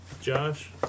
Josh